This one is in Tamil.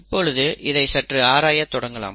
இப்பொழுது இதை சற்று ஆராய தொடங்கலாம்